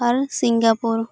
ᱟᱨ Singapore